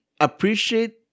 Appreciate